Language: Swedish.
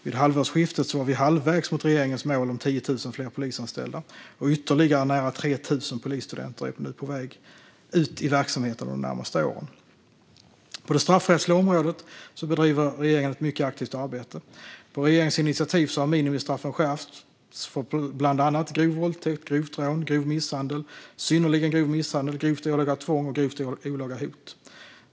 Vid halvårsskiftet var vi halvvägs mot regeringens mål om 10 000 fler polisanställda, och ytterligare nära 3 000 polisstudenter är på väg ut i verksamheten de närmaste åren. På det straffrättsliga området bedriver regeringen ett mycket aktivt arbete. På regeringens initiativ har minimistraffen skärpts för bland annat grov våldtäkt, grovt rån, grov misshandel, synnerligen grov misshandel, grovt olaga tvång och grovt olaga hot.